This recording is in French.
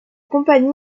compagnie